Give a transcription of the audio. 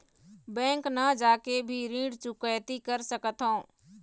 Bank न जाके भी ऋण चुकैती कर सकथों?